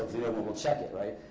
will check it, right?